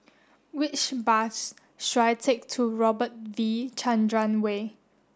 which bus should I take to Robert V Chandran Way